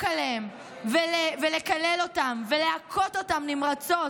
עליהם ולקלל אותם ולהכות אותם נמרצות.